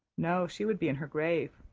no, she would be in her grave.